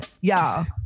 y'all